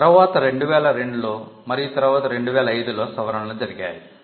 తరువాత 2002 లో మరియు తరువాత 2005 లో సవరణలు జరిగాయి